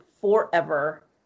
forever